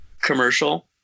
commercial